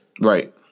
Right